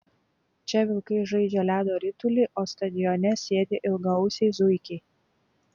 čia vilkai žaidžia ledo ritulį o stadione sėdi ilgaausiai zuikiai